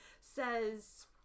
says